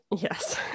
Yes